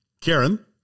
Karen